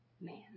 man